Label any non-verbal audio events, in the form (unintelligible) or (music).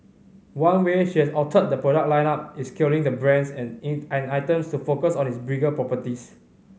one way she has altered the product lineup is killing the brands and (unintelligible) and items to focus on its bigger properties